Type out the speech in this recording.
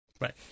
right